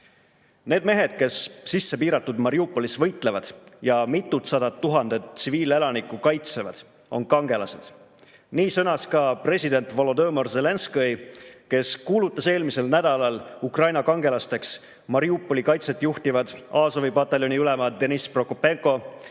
Need mehed, kes sissepiiratud Mariupolis võitlevad ja mitutsadat tuhandet tsiviilelanikku kaitsevad, on kangelased. Nii sõnas ka president Volodõmõr Zelenskõi, kes kuulutas eelmisel nädalal Ukraina kangelasteks Mariupoli kaitset juhtiva Azovi pataljoni ülema Denõss Prokopenko